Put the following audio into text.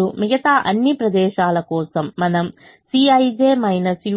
ఇప్పుడు మిగతా అన్ని ప్రదేశాల కోసం మనము Cij